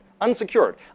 Unsecured